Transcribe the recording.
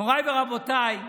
מוריי ורבותיי,